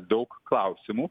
daug klausimų